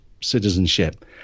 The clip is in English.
citizenship